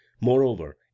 Moreover